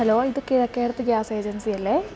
hello ഇത് Kizhakkedath gas agency അല്ലേ